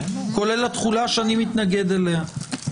כולל התחולה שאני מתנגד לה,